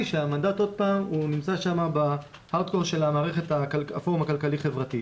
שהמנדט נמצא שם בהרדקור של הפורום הכלכלי-חברתי.